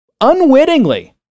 unwittingly